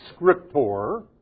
scriptor